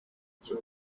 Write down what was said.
icyo